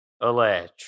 allege